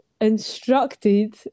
instructed